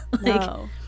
No